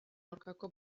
aurkako